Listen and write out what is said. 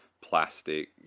plastic